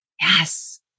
Yes